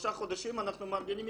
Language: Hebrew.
שלושה חודשים אנחנו מארגנים מיפוי.